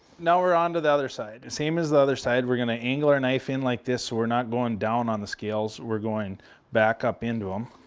now we're on to the other side. same as the other side, we're going to angle our knife in like this so we're not going down on the scales, we're going back up into him.